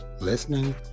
listening